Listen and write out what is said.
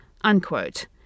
unquote